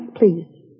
please